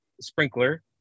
sprinkler